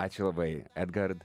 ačiū labai edgard